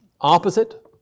opposite